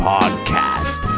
Podcast